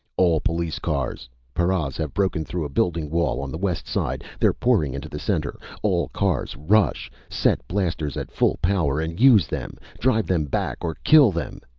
all police cars! paras have broken through a building wall on the west side! they're pouring into the center! all cars rush! set blasters at full power and use them! drive them back or kill them!